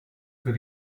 für